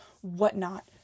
whatnot